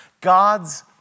God's